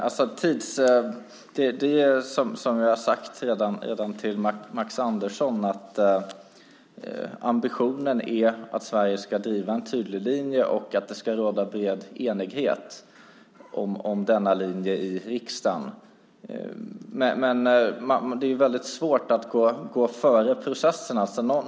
Herr talman! Som jag redan sade till Max Andersson är ambitionen att Sverige ska driva en tydlig linje och att det ska råda bred enighet om denna linje i riksdagen. Men det är svårt att gå processen i förväg.